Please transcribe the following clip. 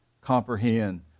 comprehend